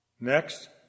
Next